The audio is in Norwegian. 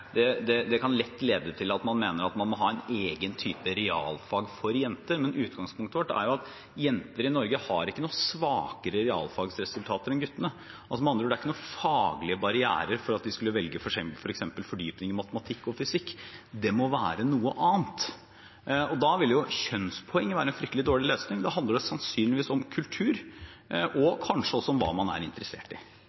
kan lett lede til at man mener at man må ha en egen type realfag for jenter, men utgangspunktet vårt er at jenter i Norge har ikke noe svakere realfagsresultater enn guttene. Med andre ord er det ikke noen faglige barrierer for at de skulle velge f.eks. fordypning i matematikk og fysikk. Det må være noe annet, og da vil jo kjønnspoeng være en fryktelig dårlig løsning. Det handler sannsynligvis om kultur og